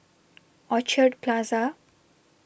Orchard Plaza